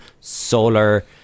solar